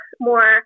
more